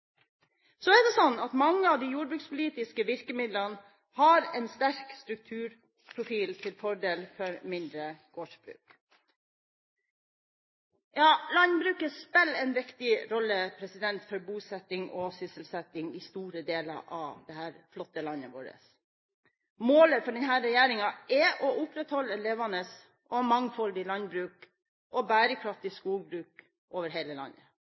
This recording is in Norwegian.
Så er det slik at mange av de jordbrukspolitiske virkemidlene har en sterk strukturprofil, til fordel for mindre gårdsbruk. Landbruket spiller en viktig rolle for bosetting og sysselsetting i store deler av dette flotte landet. Målet for denne regjeringen er å opprettholde et levende og mangfoldig landbruk og bærekraftig skogbruk over hele landet.